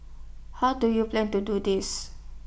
how do you plan to do this